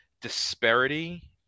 disparity